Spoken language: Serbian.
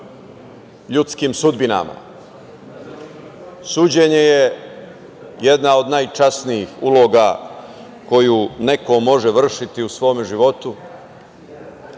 ljudskim sudbinama. Suđenje je jedna od najčasnijih uloga koju neko može vršiti u svom životu,